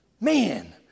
Man